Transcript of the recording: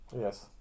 Yes